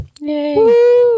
Yay